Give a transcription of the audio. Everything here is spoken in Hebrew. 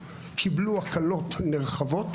קיבלו הקלות נרחבות